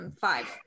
five